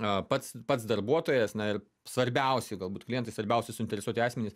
a pats pats darbuotojas na ir svarbiausi galbūt klientui svarbiausi suinteresuoti asmenys